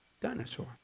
dinosaur